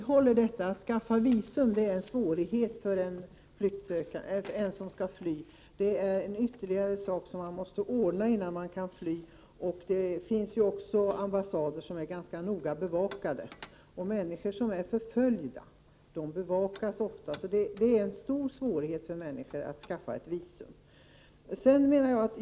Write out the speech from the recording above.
Herr talman! Jag vidhåller att det är svårt för den som vill fly att skaffa visum. Det är en sak som måste ordnas före flykten. Vissa ambassader är också ganska noga bevakade, och människor som förföljs bevakas ofta.